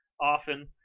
often